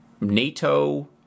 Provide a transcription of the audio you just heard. NATO